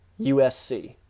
USC